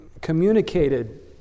communicated